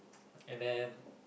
and then